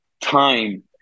time